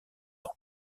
ans